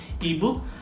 ebook